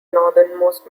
northernmost